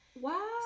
Wow